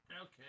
Okay